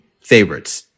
favorites